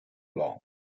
long